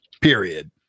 period